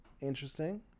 interesting